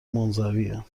منزوین